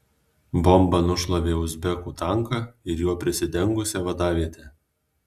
bomba nušlavė uzbekų tanką ir juo prisidengusią vadavietę